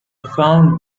found